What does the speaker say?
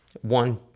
one